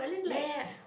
ya ya